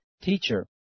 Teacher